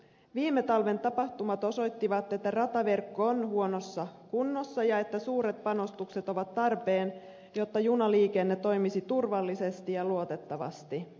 viime talven tapahtumat osoittivat että rataverkko on huonossa kunnossa ja että suuret panostukset ovat tarpeen jotta junaliikenne toimisi turvallisesti ja luotettavasti